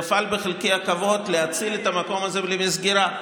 נפל בחלקי הכבוד להציל את המקום הזה מסגירה.